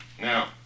Now